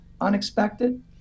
unexpected